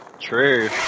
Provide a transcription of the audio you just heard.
true